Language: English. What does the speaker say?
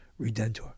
Redentor